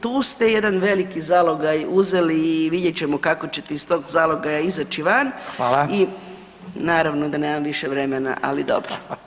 Tu ste jedan veliki zalogaj uzeli i vidjet ćemo kako ćete iz tog zalogaja izaći van [[Upadica: Fala]] Naravno da nemam više vremena, ali dobro.